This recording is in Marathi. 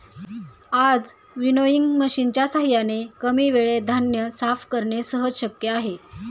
आज विनोइंग मशिनच्या साहाय्याने कमी वेळेत धान्य साफ करणे सहज शक्य आहे